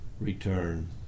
return